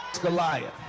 Goliath